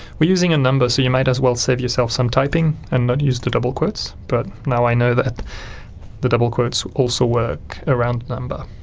we're using a number so you might as well save yourself some typing and not use the double quotes but now i know that the double quotes also work around a number,